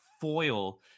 foil